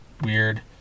Weird